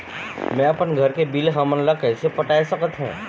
मैं अपन घर के बिल हमन ला कैसे पटाए सकत हो?